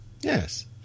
yes